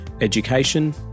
education